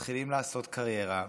מתחילים לעשות קריירה,